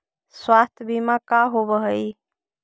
स्वास्थ्य बीमा का होव हइ?